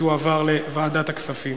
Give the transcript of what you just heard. התשע"א 2011, לוועדת הכספים